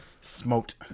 Smoked